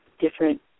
different